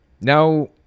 now